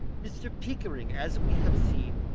mr. pickering, as we have seen,